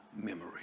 memory